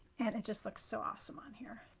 and it just looks so awesome on here.